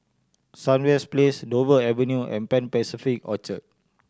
Sunrise Place Dover Avenue and Pan Pacific Orchard